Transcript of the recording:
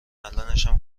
الانشم